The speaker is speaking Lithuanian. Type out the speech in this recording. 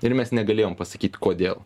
ir mes negalėjom pasakyt kodėl